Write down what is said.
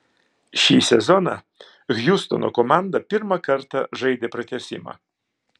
šį sezoną hjustono komanda pirmą kartą žaidė pratęsimą